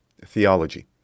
theology